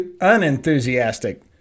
unenthusiastic